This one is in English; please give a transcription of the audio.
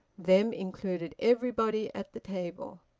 them included everybody at the table.